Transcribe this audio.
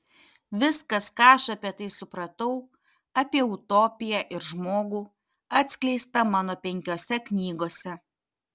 viskas ką aš apie tai supratau apie utopiją ir žmogų atskleista mano penkiose knygose